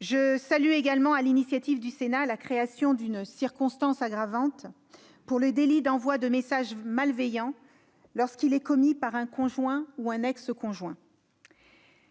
Je salue également, sur l'initiative du Sénat, la création d'une circonstance aggravante pour le délit d'envoi de messages malveillants lorsqu'il est commis par un conjoint ou un ex-conjoint.